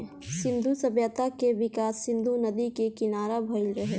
सिंधु सभ्यता के विकास सिंधु नदी के किनारा भईल रहे